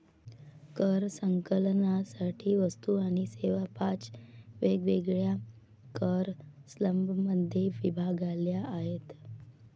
कर संकलनासाठी वस्तू आणि सेवा पाच वेगवेगळ्या कर स्लॅबमध्ये विभागल्या आहेत